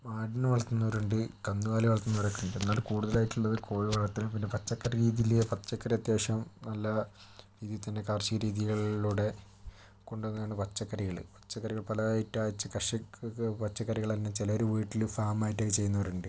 ആടിനെ വളർത്തുന്നവരുണ്ട് കന്നുകാലി വളർത്തുന്നവരൊക്കെയുണ്ട് എന്നാലും കൂടുതലായിട്ടുള്ളത് കോഴി വളർത്തലും പിന്നെ പച്ചക്കറി രീതിയില് പച്ചക്കറി അത്യാവശ്യം നല്ല രീതിയിൽ തന്നെ കാർഷിക രീതികളിലൂടെ കൊണ്ടുവന്നതാണ് പച്ചക്കറികൾ പച്ചക്കറികൾ പല ഐറ്റായിട്ട് കർഷകർക്ക് പച്ചക്കറികളെന്നെ ചിലര് വീട്ടില് ഫാമായിട്ട് ഇത് ചെയ്യുന്നവരുണ്ട്